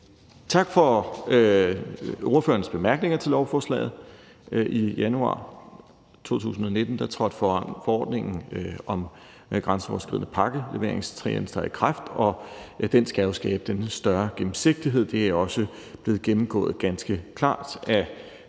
Tak for ordførernes bemærkninger til lovforslaget. I januar 2019 trådte forordningen om grænseoverskridende pakkeleveringstjenester i kraft, og den skal jo skabe denne større gennemsigtighed. Det er også blevet gennemgået ganske klart af ordførerne i sin sammenhæng. Derfor skal jeg ikke lægge